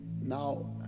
now